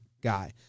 guy